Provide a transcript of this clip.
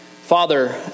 Father